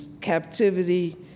captivity